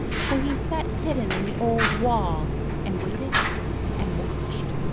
so he sat hidden in the old wall and waited and watched.